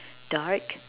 dark